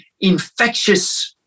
infectious